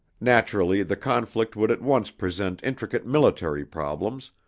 naturally, the conflict would at once present intricate military problems,